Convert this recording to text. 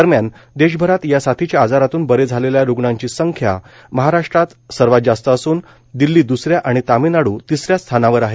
दरम्यान देशभरात या साथीच्या आजारातून बरे झालेल्या रुग्णांची संख्या महाराष्ट्रात सर्वात जास्त असून दिल्ली दुसऱ्या आणि तामिळनाडू तिसऱ्या स्थानावर आहे